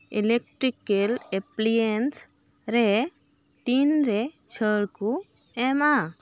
electrical appliance ᱨᱮ ᱛᱤᱱ ᱨᱮ ᱪᱷᱟᱹᱲ ᱠᱚ ᱮᱢᱟ